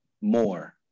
more